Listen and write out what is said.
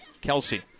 Kelsey